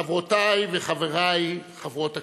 חברותיי וחבריי חברות הכנסת,